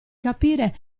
capire